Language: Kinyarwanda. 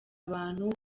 abantu